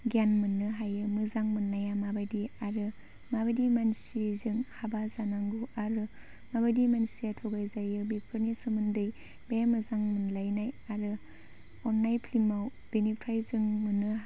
गियान मोननो हायो मोजां मोननाया माबायदि आरो माबायदि मानसिजों हाबा जानांगौ आरो माबायदि मानसिया थगायजायो बेफोरनि सोमोन्दै बे मोजां मोनलायनाय आरो अननाय फिल्मआव बेनिफ्राय जों मोनो